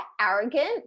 arrogant